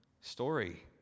Story